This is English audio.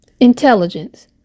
Intelligence